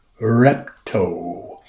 repto